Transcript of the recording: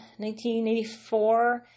1984